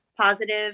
positive